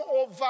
over